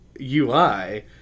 UI